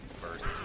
First